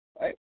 Right